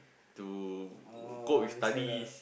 to cope with studies